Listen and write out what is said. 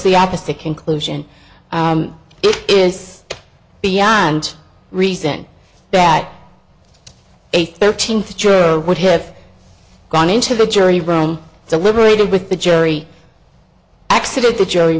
the opposite conclusion it is beyond reason that a thirteenth juror would have gone into the jury room deliberating with the jury accident the jury